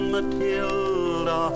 Matilda